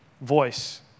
voice